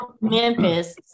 Memphis